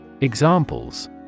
Examples